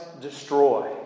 destroy